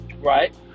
right